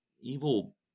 evil